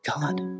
God